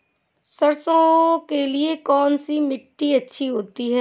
सरसो के लिए कौन सी मिट्टी अच्छी होती है?